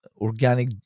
organic